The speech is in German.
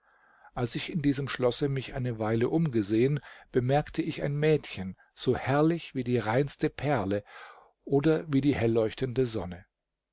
als ich in diesem schlosse mich eine weile umgesehen bemerkte ich ein mädchen so herrlich wie die reinste perle oder wie die helleuchtende sonne